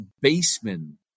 baseman